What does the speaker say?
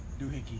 doohickey